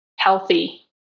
healthy